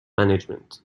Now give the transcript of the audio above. management